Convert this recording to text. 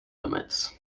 limits